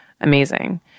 amazing